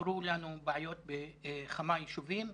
פתרו לנו בעיות בכמה ישובים.